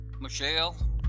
Michelle